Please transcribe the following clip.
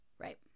Right